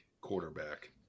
quarterback